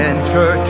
Enter